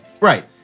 Right